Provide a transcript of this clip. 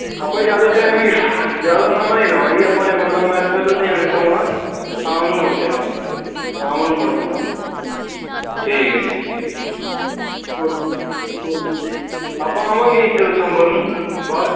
ਆਪਾਂ ਜ਼ਿਆਦਾ ਟਾਈਮ ਨਹੀਂ ਜ਼ਿਆਦਾ ਸਮਾਂ ਨਹੀਂ ਲਾਉਣਾ ਜੀ ਆਪਾਂ ਨੇ ਮਤਲਬ ਮੈਂ ਇੱਥੇ ਲੁਧਿਆਣੇ ਤੋਂ ਆਉਣਾ ਸ਼ਾਮ ਨੂੰ ਮੁੜ ਜਾਣਾ ਆਪਾਂ ਨੇ ਸ਼ਾਮ ਨੂੰ ਮੁੜ ਜਾਣਾ ਆਪਾਂ ਠੀਕ ਹੈ ਕੋ ਕੋ ਆਪਾਂ ਆਵਾਂਗੇ ਇੱਕ ਦਸੰਬਰ ਨੂੰ ਬਾਅਦ